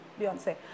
Beyonce